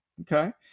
Okay